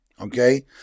okay